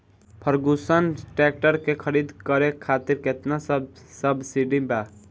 Ferguson tractor के खरीद करे खातिर केतना सब्सिडी बा?